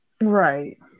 right